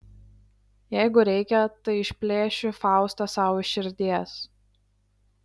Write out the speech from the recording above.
jeigu reikia tai išplėšiu faustą sau iš širdies